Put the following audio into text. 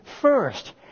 first